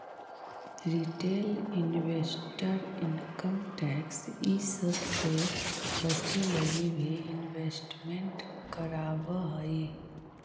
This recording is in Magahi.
रिटेल इन्वेस्टर इनकम टैक्स इ सब से बचे लगी भी इन्वेस्टमेंट करवावऽ हई